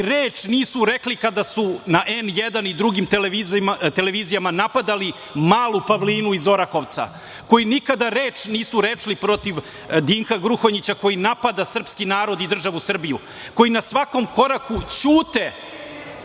koji reč nisu rekli kada su na N1 i drugim televizijama napadali malu Pavlinu iz Orahovca, koji nikada reč nisu rekli protiv Dinka Gruhonjića, koji napada srpski narod i državu Srbiju, koji na svakom koraku ćute